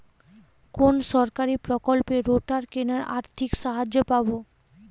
কোন সরকারী প্রকল্পে রোটার কেনার আর্থিক সাহায্য পাব?